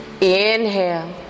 Inhale